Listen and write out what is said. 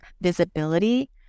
visibility